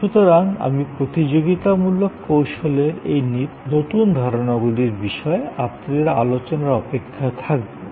সুতরাং আমি প্রতিযোগিতামূলক কৌশলের এই নতুন ধারণাগুলির বিষয়ে আপনাদের আলোচনার অপেক্ষায় থাকবো